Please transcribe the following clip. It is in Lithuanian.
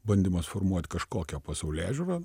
bandymas formuot kažkokią pasaulėžiūrą